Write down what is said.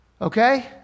Okay